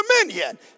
dominion